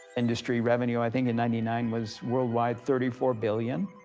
industry revenue, i think in ninety nine was worldwide thirty four billion